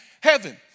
heaven